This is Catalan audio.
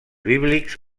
bíblics